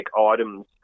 items